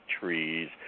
trees